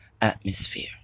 atmosphere